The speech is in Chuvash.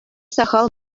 сахал